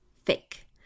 fake